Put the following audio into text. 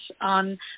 on